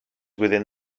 within